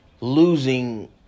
losing